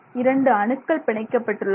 இரண்டு அணுக்கள் பிணைக்கப்பட்டுள்ளது